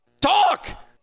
Talk